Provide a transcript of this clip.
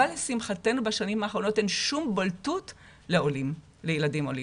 לשמחתנו בשנים האחרונות אין שום בולטות לילדים עולים.